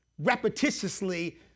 repetitiously